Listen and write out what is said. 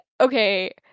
okay